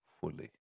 fully